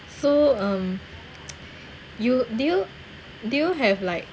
so um you do you do you have like